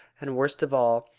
and, worst of all,